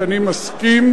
שאני מסכים,